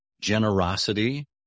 generosity